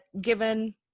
given